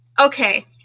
Okay